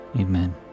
amen